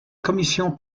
commission